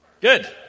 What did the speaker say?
Good